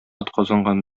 атказанган